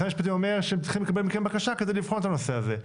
משרד המשפטים אומר שהם צריכים לקבל מכם בקשה כדי לבחון את הנושא הזה.